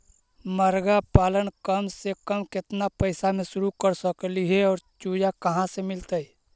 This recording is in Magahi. मरगा पालन कम से कम केतना पैसा में शुरू कर सकली हे और चुजा कहा से मिलतै?